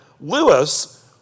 Lewis